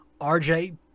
RJ